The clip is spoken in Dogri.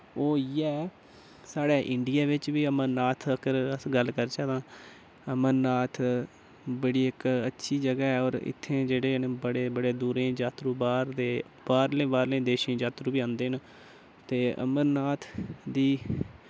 ओह् इ'यै साढ़े इंडिया बिच्च बी अमरनाथ अगर गल्ल करचै तां अमरनाथ बड़ी इक अच्छी जगह् ऐ होर इत्थैं जेह्ड़े न बड़े बड़े दूरे यात्रु बाह्र दे बाह्रले बाह्रले देशें जातरु बी आंदे न ते अमरनाथ दी